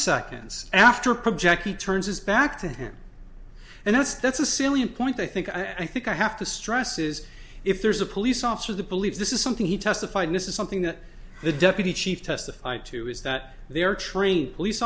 seconds after project he turns his back to him and that's that's a syrian point i think i think i have to stress is if there's a police officer that believes this is something he testified this is something that the deputy chief testify to is that they are trained police